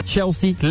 Chelsea